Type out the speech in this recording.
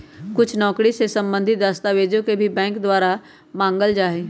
कुछ नौकरी से सम्बन्धित दस्तावेजों के भी बैंक के द्वारा मांगल जा हई